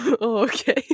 Okay